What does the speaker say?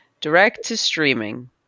Direct-to-streaming